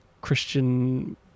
Christian